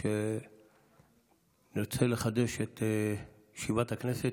כשנחדש את ישיבת הכנסת,